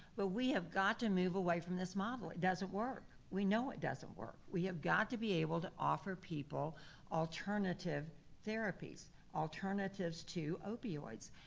but we have got to move away away from this model, it doesn't work. we know it doesn't work. we have got to be able to offer people alternative therapies, alternatives to opioids.